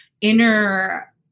inner